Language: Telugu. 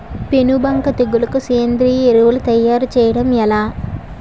పేను బంక తెగులుకు సేంద్రీయ ఎరువు తయారు చేయడం ఎలా?